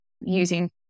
using